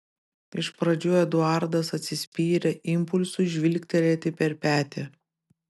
iš pradžių eduardas atsispyrė impulsui žvilgterėti per petį